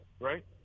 right